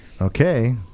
Okay